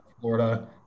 Florida